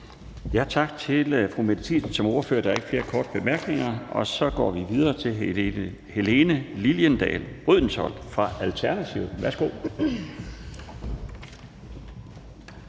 Tak til fru Mette Thiesen som ordfører. Der er ikke flere korte bemærkninger, og så går vi videre til fru Helene Liliendahl Brydensholt fra Alternativet. Værsgo.